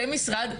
כמשרד,